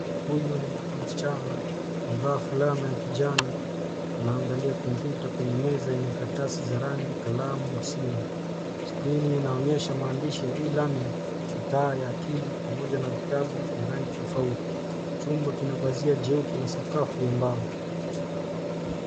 Huyu ni mtoto msichana. Amevaa fulana ya kijani. Anaangalia kompyuta kwenye meza yenye karatasi za rangi, kalamu na simu. Skrini inaonyesha maandishi ya cs[e-learning]cs, mataa ya akili pamoja na vitabu vya rangi tofauti. Chumba kina pazia jeupe na sakafu ya mbao.